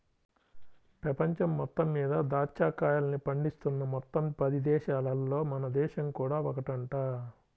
పెపంచం మొత్తం మీద దాచ్చా కాయల్ని పండిస్తున్న మొత్తం పది దేశాలల్లో మన దేశం కూడా ఒకటంట